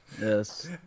Yes